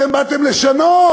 אתם באתם לשנות.